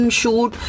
shoot